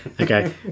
Okay